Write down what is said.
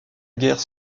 guerre